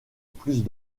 plus